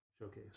showcase